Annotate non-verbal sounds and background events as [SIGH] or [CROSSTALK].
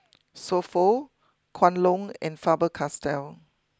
[NOISE] So Pho Kwan Loong and Faber Castell